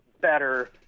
better